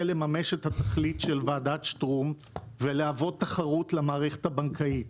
את התכלית של ועדת שטרום ולהוות תחרות למערכת הבנקאית,